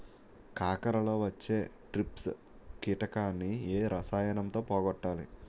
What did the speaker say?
కాకరలో వచ్చే ట్రిప్స్ కిటకని ఏ రసాయనంతో పోగొట్టాలి?